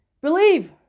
believe